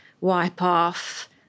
wipe-off